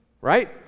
right